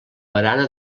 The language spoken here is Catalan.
barana